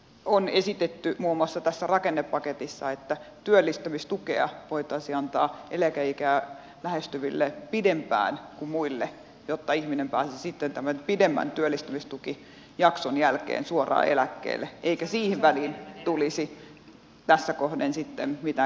on esitetty muun muassa tässä rakennepaketissa että työllistymistukea voitaisiin antaa eläkeikää lähestyville pidempään kuin muille jotta ihminen pääsisi tämän pidemmän työllistymistukijakson jälkeen suoraan eläkkeelle eikä siihen väliin tulisi tässä kohden sitten mitään gäppiä